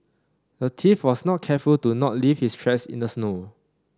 the thief was not careful to not leave his tracks in the snow